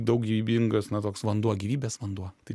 daug gyvybingas na toks vanduo gyvybės vanduo tai